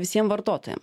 visiem vartotojam